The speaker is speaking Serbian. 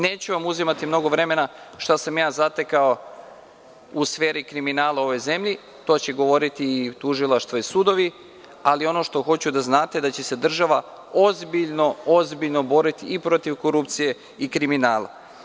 Neću vam uzimati mnogo vremena šta sam ja zatekao u sferi kriminala u ovoj zemlji, to će govoriti tužilaštvo i sudovi, ali ono što hoću da znate da će se država ozbiljno, ozbiljno boriti i protiv korupcije i kriminala.